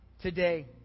today